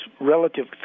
relative